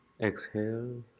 Exhale